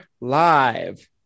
live